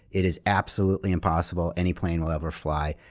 it is absolutely impossible any plane will ever fly.